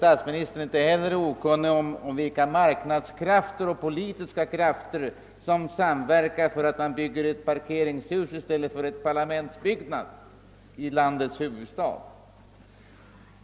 Statsministern är troligen inte heller okunnig om vilka marknadskrafter och politiska krafter som samverkar när man bygger ett parkeringshus i stället för en eventuell ny parlamentsbyggnad i landets huvudstad.